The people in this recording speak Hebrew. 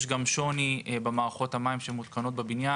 יש גם שוני במערכות המים שמותקנות בבניין,